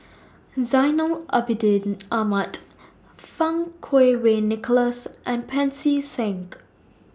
Zainal Abidin Ahmad Fang Kuo Wei Nicholas and Pancy Seng